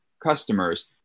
customers